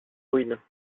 ruines